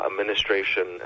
administration